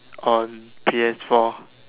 on P_S-four